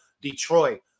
Detroit